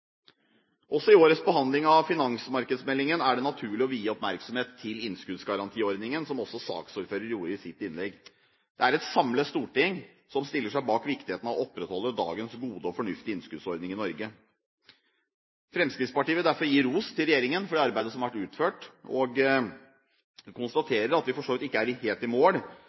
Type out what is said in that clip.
Også i årets behandling av finansmarkedsmeldingen er det naturlig å vie oppmerksomhet til innskuddsgarantiordningen, som også saksordføreren gjorde i sitt innlegg. Det er et samlet storting som stiller seg bak viktigheten av å opprettholde dagens gode og fornuftige innskuddsordning i Norge. Fremskrittspartiet vil derfor gi ros til regjeringen for det arbeidet som har vært utført. Vi konstaterer at vi for så vidt ikke er helt i mål,